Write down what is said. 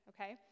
okay